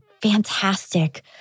Fantastic